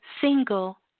single